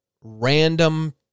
random